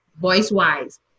voice-wise